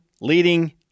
leading